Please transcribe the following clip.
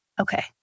Okay